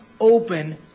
open